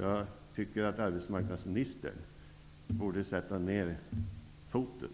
Jag tycker att arbetsmarknadsministern borde sätta ner foten